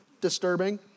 disturbing